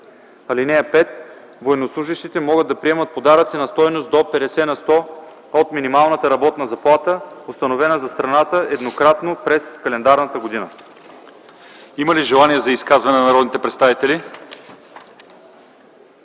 (5) Военнослужещите могат да приемат подаръци на стойност до 50 на сто от минималната работна заплата, установена за страната, еднократно през календарната година”. ПРЕДСЕДАТЕЛ ЛЪЧЕЗАР ИВАНОВ: Има ли желание за изказване на народните представители?